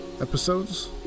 episodes